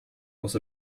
was